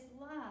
love